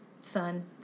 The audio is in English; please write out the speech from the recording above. son